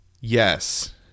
yes